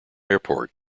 airport